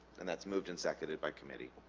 and that's moved and seconded by committee